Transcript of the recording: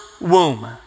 womb